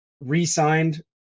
re-signed